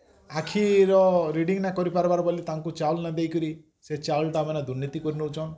ଆଖିର ରିଡ଼ିଙ୍ଗ୍ ନାଇ କରିପାରବାର୍ ବୋଲି ତାଙ୍କୁ ଚାଉଲ ନ ଦେଇକରି ସେ ଚାଉଲ ଟା ଆମର ଦୁର୍ନୀତି କରିନଉଚନ୍